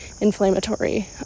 inflammatory